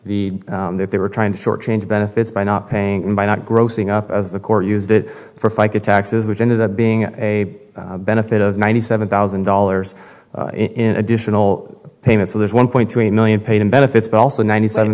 the that they were trying to short change benefits by not paying by not grossing up as the court used it for fica taxes which ended up being a benefit of ninety seven thousand dollars in additional payments there's one point three million paid in benefits but also ninety seven